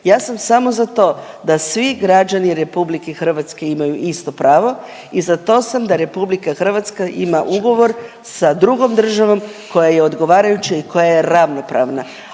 Ja sam samo za to da svi građani RH imaju isto pravo i za to sam da RH ima ugovor sa drugom državom koja je odgovarajuća i koja je ravnopravna,